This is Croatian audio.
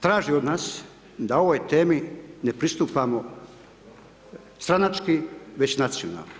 Traži od nas da ovoj temi ne pristupamo stranački, već nacionalno.